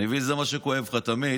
אני מבין שזה מה שכואב לך תמיד,